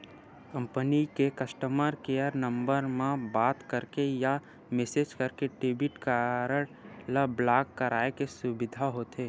company के customer care number म बात करके या मेसेज करके डेबिट कारड ल ब्लॉक कराए के सुबिधा होथे